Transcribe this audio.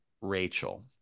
Rachel